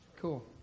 cool